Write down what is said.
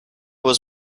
was